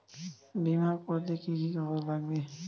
বিমা করতে কি কি কাগজ লাগবে?